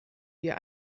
dir